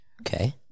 okay